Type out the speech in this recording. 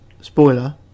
spoiler